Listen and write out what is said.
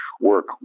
work